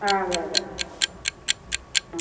ആ അതെ അതെ ആ